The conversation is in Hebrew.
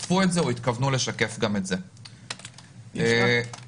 שיקפו את זה או התכוונו לכך.